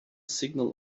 signal